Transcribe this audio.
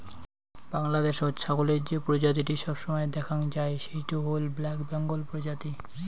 বাংলাদ্যাশত ছাগলের যে প্রজাতিটি সবসময় দ্যাখাং যাই সেইটো হইল ব্ল্যাক বেঙ্গল প্রজাতি